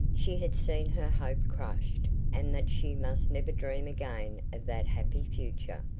she had seen her hope crushed, and that she must never dream again of that happy future.